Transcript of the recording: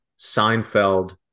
Seinfeld